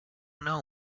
know